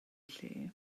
lle